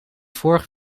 vorig